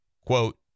Quote